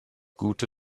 gute